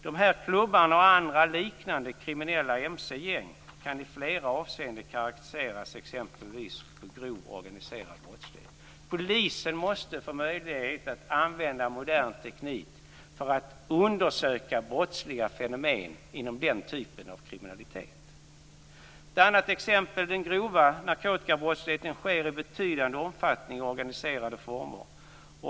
De här klubbarna och andra liknande kriminella mc-gäng kan i flera avseenden karakteriseras exempelvis som grov organiserad brottslighet. Polisen måste få möjlighet att använda modern teknik för att undersöka brottsliga fenomen inom den typen av kriminalitet. Ett annat exempel är den grova narkotikabrottsligheten, som sker i betydande omfattning och organiserade former.